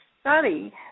study